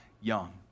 young